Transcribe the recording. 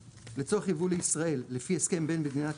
לצורך יבוא לישראל, לפי הסכם בין מדינת